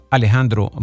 Alejandro